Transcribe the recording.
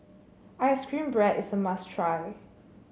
ice cream bread is a must try